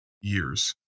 years